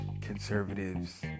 conservatives